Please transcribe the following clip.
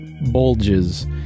bulges